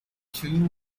two